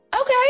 okay